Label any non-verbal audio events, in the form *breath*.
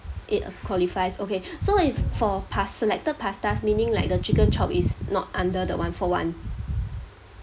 it qualifies okay *breath* so if for pas~ selected pastas meaning like the chicken chop is not under the one-for-one